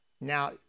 Now